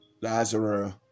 Lazarus